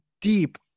deep